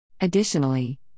Additionally